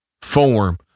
form